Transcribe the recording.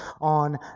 on